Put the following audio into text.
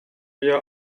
wir